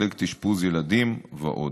מחלקת אשפוז ילדים ועוד.